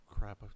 crap